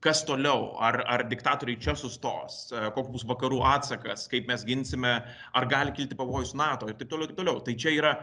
kas toliau ar ar diktatoriai čia sustos koks bus vakarų atsakas kaip mes ginsime ar gali kilti pavojus nato ir taip toliau taip toliau tai čia yra